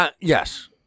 yes